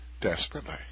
desperately